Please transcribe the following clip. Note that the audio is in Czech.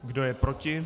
Kdo je proti?